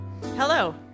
Hello